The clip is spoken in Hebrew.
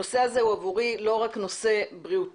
הנושא הזה עבורי הוא לא רק נושא בריאותי